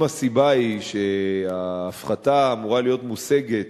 אם הסיבה היא שההפחתה אמורה להיות מושגת